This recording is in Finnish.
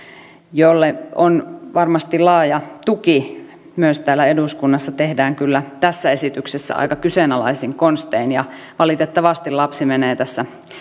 jolle on varmasti laaja tuki myös täällä eduskunnassa tehdään kyllä tässä esityksessä aika kyseenalaisin konstein ja valitettavasti lapsi menee tässä ainakin